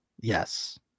Yes